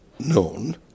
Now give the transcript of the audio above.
known